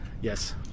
yes